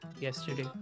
yesterday